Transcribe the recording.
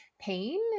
pain